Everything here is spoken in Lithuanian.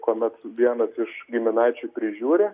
kuomet vienas iš giminaičių prižiūri